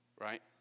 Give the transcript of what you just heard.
right